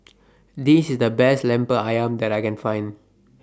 This IS The Best Lemper Ayam that I Can Find